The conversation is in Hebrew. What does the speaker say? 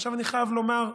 עכשיו, אני חייב לומר,